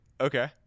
Okay